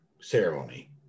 ceremony